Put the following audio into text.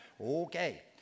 Okay